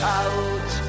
out